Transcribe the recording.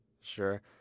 sure